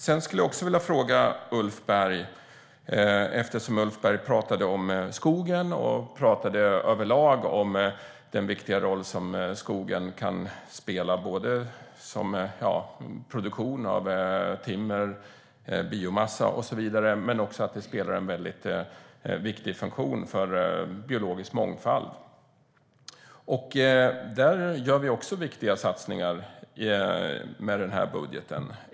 Jag vill också fråga Ulf Berg en annan sak, eftersom han pratade om skogen och den viktiga roll som skogen kan spela både för produktion av timmer och biomassa och för biologisk mångfald. Där gör vi också viktiga satsningar med den här budgeten.